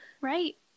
Right